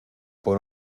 pon